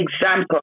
example